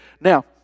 Now